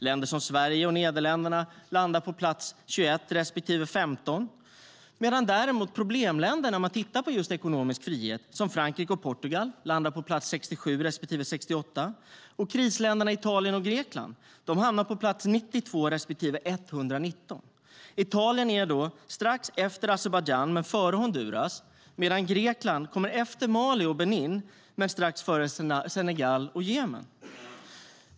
Länder som Sverige och Nederländerna landar på plats 21 respektive 15 medan problemländer när man tittar på ekonomisk frihet som Frankrike och Portugal landar på plats 67 respektive 68. Krisländerna Italien och Grekland hamnar på plats 92 respektive 119. Italien är då strax efter Azerbajdzjan men före Honduras, medan Grekland kommer efter Mali och Benin men strax före Senegal och Jemen.